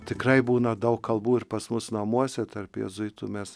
tikrai būna daug kalbų ir pas mus namuose tarp jėzuitų mes